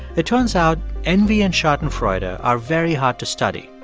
it turns out envy and schadenfreude ah are very hard to study.